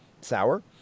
sour